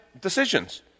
decisions